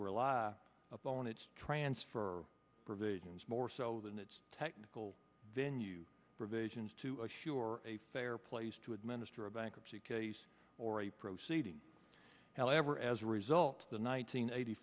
rely upon its transfer provisions more so than its technical venue provision to assure a fair place to administer a bankruptcy case or a proceeding however as a result the nineteen eighty